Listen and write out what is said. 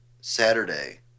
Saturday